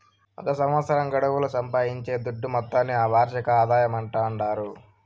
ఒక సంవత్సరం గడువుల సంపాయించే దుడ్డు మొత్తాన్ని ఆ వార్షిక ఆదాయమంటాండారు